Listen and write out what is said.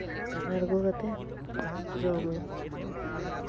ᱟᱬᱜᱚ ᱠᱟᱛᱮ ᱡᱚᱢᱟᱹᱧ